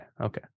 okay